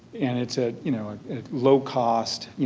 and it's at you know low cost, yeah